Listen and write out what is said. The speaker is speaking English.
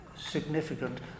significant